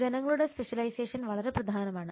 ജനങ്ങളുടെ സ്പെഷ്യലൈസേഷൻ വളരെ പ്രധാനമാണ്